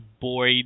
boy